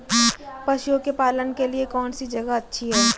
पशुओं के पालन के लिए कौनसी जगह अच्छी है?